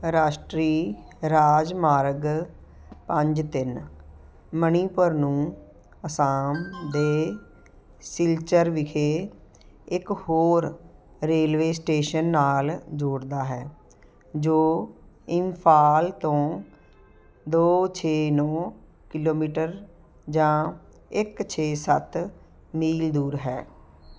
ਰਾਸ਼ਟਰੀ ਰਾਜਮਾਰਗ ਪੰਜ ਤਿੰਨ ਮਣੀਪੁਰ ਨੂੰ ਅਸਾਮ ਦੇ ਸਿਲਚਰ ਵਿਖੇ ਇੱਕ ਹੋਰ ਰੇਲਵੇ ਸਟੇਸ਼ਨ ਨਾਲ ਜੋੜਦਾ ਹੈ ਜੋ ਇੰਫਾਲ ਤੋਂ ਦੋ ਛੇ ਨੌਂ ਕਿਲੋਮੀਟਰ ਜਾਂ ਇੱਕ ਛੇ ਸੱਤ ਮੀਲ ਦੂਰ ਹੈ